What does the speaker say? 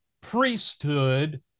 priesthood